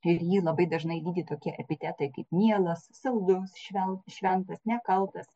ir jį labai dažnai lydi tokie epitetai kaip mielas saldus švel šventas nekaltas